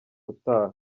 utaha